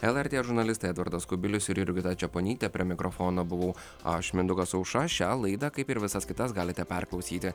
el er tė žurnalistai edvardas kubilius ir jurgita čeponytė prie mikrofono buvau aš mindaugas aušra šią laidą kaip ir visas kitas galite perklausyti